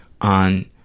on